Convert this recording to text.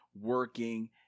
working